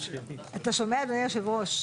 אתה שומע אדוני יושב הראש?